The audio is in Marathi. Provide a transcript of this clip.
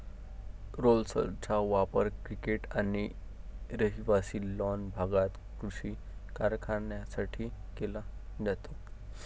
रोलर्सचा वापर क्रिकेट आणि रहिवासी लॉन भागात कृषी कारणांसाठी केला जातो